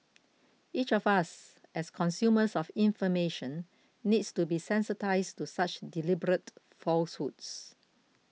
each of us as consumers of information needs to be sensitised to such deliberate falsehoods